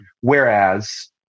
whereas